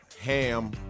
ham